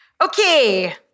Okay